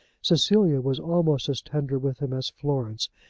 cecilia was almost as tender with him as florence,